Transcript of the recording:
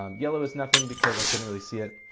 um yellow is nothing because i couldn't really see it,